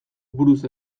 buruz